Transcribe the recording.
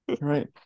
right